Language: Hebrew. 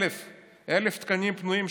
1,000. 1,000 תקנים פנויים,